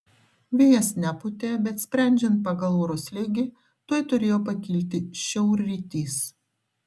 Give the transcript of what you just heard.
vėjas nepūtė bet sprendžiant pagal oro slėgį tuoj turėjo pakilti šiaurrytys